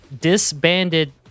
disbanded